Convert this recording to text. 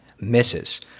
misses